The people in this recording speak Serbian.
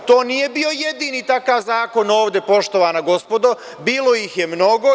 To nije bio jedini takav zakon ovde, poštovana gospodo, bilo ih je mnogo.